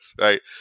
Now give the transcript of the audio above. right